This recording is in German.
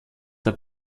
der